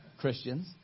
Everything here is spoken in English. Christians